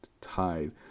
tied